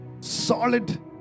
solid